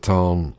Town